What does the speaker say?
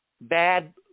bad